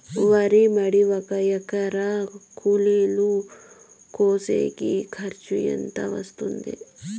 వరి మడి ఒక ఎకరా కూలీలు కోసేకి ఖర్చు ఎంత వస్తుంది?